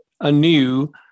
anew